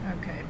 okay